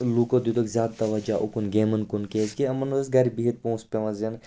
لوٗکو دِتُکھ زیادٕ تَوَجہ اوٚکُن گیمَن کُن کیٛازِکہِ یِمَن ٲسۍ گَرِ بِہِتھ پۅنٛسہٕ پٮ۪وان زینن